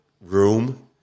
room